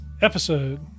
episode